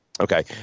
Okay